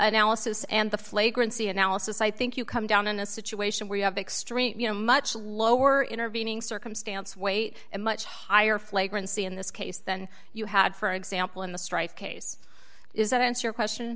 analysis and the flagrant c analysis i think you come down in a situation where you have extreme you know much lower intervening circumstance weight a much higher flagrant c in this case than you had for example in the strife case is that answer question